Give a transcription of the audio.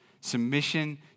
Submission